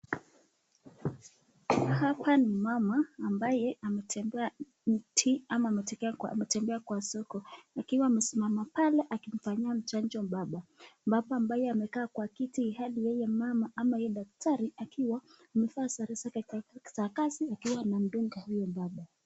Hapa ni mama ambaye ametembea mji ama ametembea kwa soko, akiwa amesimama pale akimfanyia chanjo mbaba, mbaba ambaye amekaa kwa kiti ilhali yeye mama ama yeye daktari akiwa amevaa sare zake za kazi akiwa anamdunga huyo mbaba.